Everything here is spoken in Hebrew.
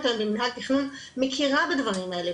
היום במינהל התכנון מכירה בדברים האלה.